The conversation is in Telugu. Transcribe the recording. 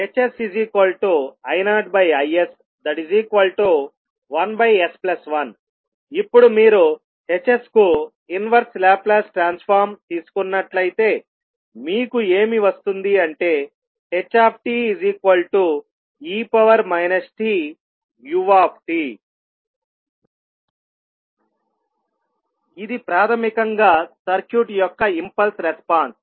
HsI0Is1s1 ఇప్పుడు మీరు Hs కు ఇన్వెర్సె లాప్లాస్ ట్రాన్సఫార్మ్ తీసుకున్నట్లయితేమీకు ఏమి వస్తుంది అంటే he tu ఇది ప్రాథమికంగా సర్క్యూట్ యొక్క ఇంపల్స్ రెస్పాన్స్